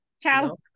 Ciao